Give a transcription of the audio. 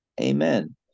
Amen